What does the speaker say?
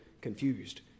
confused